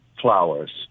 flowers